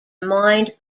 mind